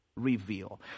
reveal